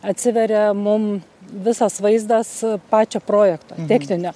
atsiveria mum visas vaizdas pačio projekto techninio